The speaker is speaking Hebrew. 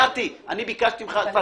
נתי, אני ביקשתי ממך.